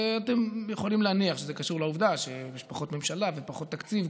ואתם יכולים להניח שזה קשור לעובדה שיש פחות ממשלה ופחות תקציב.